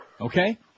Okay